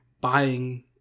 buying